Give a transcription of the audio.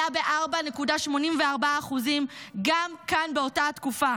עלה ב-4.84% גם כן באותה תקופה,